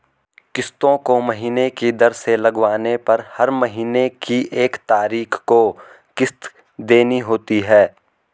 किस्तों को महीने की दर से लगवाने पर हर महीने की एक तारीख को किस्त देनी होती है